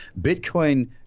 Bitcoin